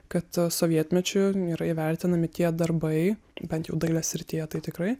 kad sovietmečiu yra įvertinami tie darbai bent jau dailės srityje tai tikrai